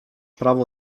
prawo